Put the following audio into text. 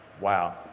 Wow